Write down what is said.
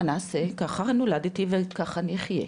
מה נעשה, ככה נולדתי וככה אני אחייה.